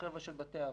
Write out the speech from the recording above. החבר'ה של בתי האבות.